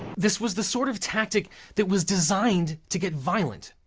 this was the sort of tactic that was designed to get violent.